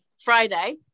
Friday